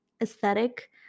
aesthetic